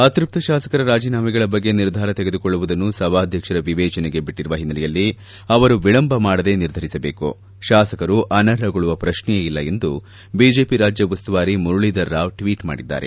ಅತೃಪ್ತ ಶಾಸಕರ ರಾಜೀನಾಮೆಗಳ ಬಗ್ಗೆ ನಿರ್ಧಾರ ತೆಗೆದುಕೊಳ್ಳುವುದನ್ನು ಸಭಾದ್ಯಕ್ಷರ ವಿವೇಚನೆಗೆ ಬಿಟ್ಟರುವ ಹಿನ್ನೆಲೆಯಲ್ಲಿ ಅವರು ವಿಳಂಬ ಮಾಡದೆ ನಿರ್ಧರಿಸಬೇಕು ತಾಸಕರು ಅನರ್ಹಗೊಳ್ಳುವ ಪ್ರಶ್ನೆಯೇ ಇಲ್ಲ ಎಂದು ಬಿಜೆಪಿ ರಾಜ್ಯ ಉಸ್ತುವಾರಿ ಮುರಳೀಧರ್ ರಾವ್ ಟ್ವೀಟ್ ಮಾಡಿದ್ದಾರೆ